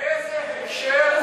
באיזה הקשר הדברים נכונים?